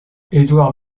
édouard